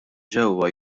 ġewwa